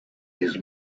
his